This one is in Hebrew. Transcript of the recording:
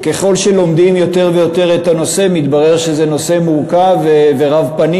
וככל שלומדים יותר ויותר את הנושא מתברר שזה נושא מורכב ורב-פנים,